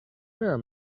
are